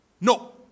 No